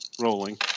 Rolling